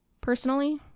Personally